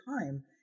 time